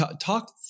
Talk